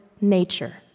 nature